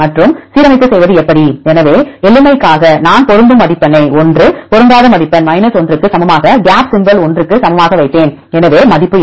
மற்றும் சீரமைப்பு செய்வது எப்படி எனவே எளிமைக்காக நான் பொருந்தும் மதிப்பெண்ணை 1 பொருந்தாத மதிப்பெண் 1 க்கு சமமாகவும் கேப் சிம்பல் 1 க்கு சமமாகவும் வைத்தேன் எனவே மதிப்பு என்ன